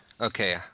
Okay